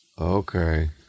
Okay